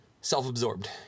self-absorbed